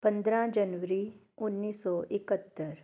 ਪੰਦਰ੍ਹਾਂ ਜਨਵਰੀ ਉੱਨੀ ਸੌ ਇਕਹੱਤਰ